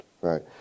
right